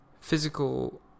physical